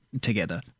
together